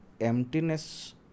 Emptiness